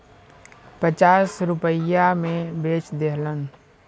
पचास रुपइया मे बेच देहलन